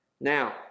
Now